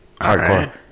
hardcore